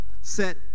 Set